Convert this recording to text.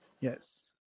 yes